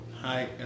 Hi